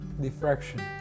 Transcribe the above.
diffraction